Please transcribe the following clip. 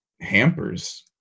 hampers